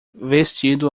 vestido